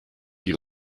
die